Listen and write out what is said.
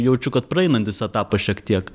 jaučiu kad praeinantis etapas šiek tiek